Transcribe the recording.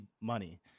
money